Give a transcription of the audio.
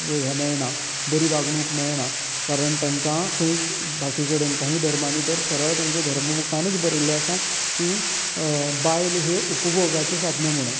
हे मेळना बरी वागणूक मेळना कारण तेंका खंयच बाकी कडेन कांय धर्मानी तर सरळ तेंचे धर्म मुखारच बरयल्ले आसा की बायल ह्यो उपभोगाची सादनां म्हणून